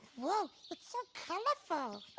wow. it's so colorful.